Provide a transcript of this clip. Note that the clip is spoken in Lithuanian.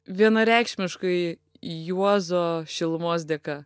vienareikšmiškai juozo šilumos dėka